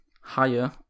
higher